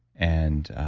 and